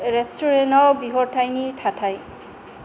रेस्टुरेन्टाव बिहरथायनि थाथाय